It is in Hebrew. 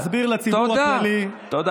תודה.